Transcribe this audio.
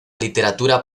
literatura